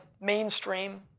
mainstream